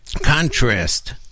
contrast